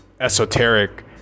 esoteric